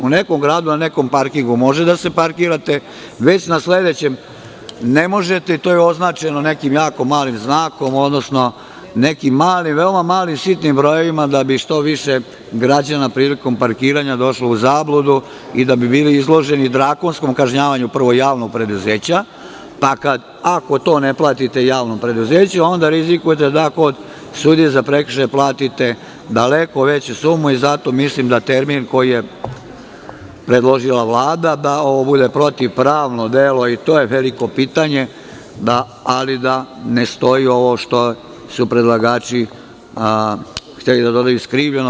U nekom gradu na nekom parkingu može da se parkirate, već na sledećem ne možete i to je označeno nekim jako malim znakom, odnosno nekim malim, veoma malim, sitnim brojevima, da bi što više građana prilikom parkiranja došlo u zabludu i da bi bili izloženi drakonskom kažnjavanju, prvo javnog preduzeća, pa ako ne platite javnom preduzeću, onda rizikujete da kod sudije za prekršaje platite daleko veću sumu i zato mislim da termin koji je predložila Vlada, da ovo bude protivpravno delo, i to je veliko pitanje, ali da ne stoji ovo što su predlagači hteli da dodaju – skrivljeno.